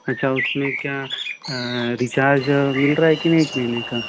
अच्छा उसमें क्या रिचार्ज मिल रहा कि नहीं एक महीने का